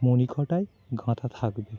মণিকোঠায় গাঁথা থাকবে